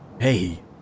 Hey